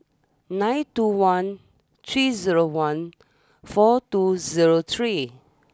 nine two one three zero one four two zero three